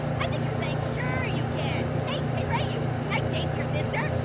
i think you're saying, sure you can. hey, hey ray-you, can i date your sister?